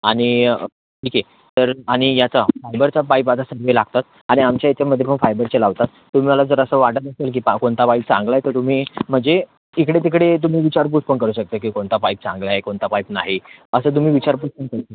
आणि ठीक आहे तर आणि याचा फायबरचा पाईप आता सगळे लागतात आणि आमच्या याच्यामध्ये पण फायबरचे लावतात तुम्हाला जर असं वाटत असेल की पा कोणता पाईफ चांगला आहे तर तुम्ही म्हणजे इकडेतिकडे तुम्ही विचारपूस पण करू शकता की कोणता पाईप चांगलाय कोणता पाईप नाही असं तुम्ही विचारपूस पण करू